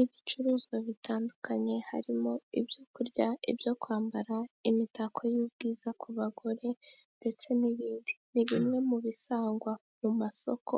Ibicuruzwa bitandukanye harimo ibyo kurya , ibyo kwambara , imitako y'ubwiza ku bagore ndetse n'ibindi . Ni bimwe mu bisangwa mu masoko ,